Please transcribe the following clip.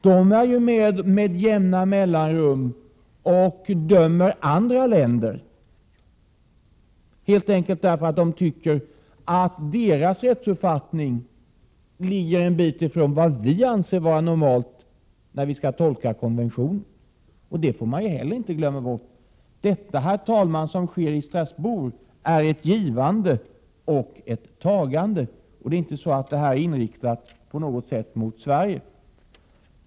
Dessa svenskar är ju med jämna mellanrum med och dömer andra länder därför att de helt enkelt tycker att deras rättsuppfattning ligger en bit ifrån den vi anser vara normal när vi skall tolka konventionen. Man får heller inte glömma bort att det som sker i Strasbourg är fråga om ett givande och tagande. Detta är inte på något sätt inriktat mot Sverige.